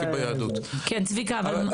כן צביקה, אבל שנתקדם.